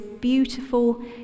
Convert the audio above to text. beautiful